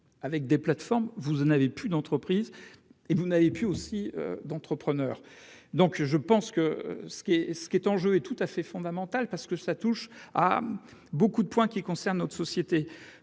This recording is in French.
avec des plateformes. Vous en avez plus d'entreprise et vous n'avez plus aussi d'entrepreneurs. Donc je pense que ce qui est ce qui est en jeu et tout à fait fondamental parce que ça touche à beaucoup de points qui concernent notre société.